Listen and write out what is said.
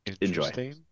Enjoy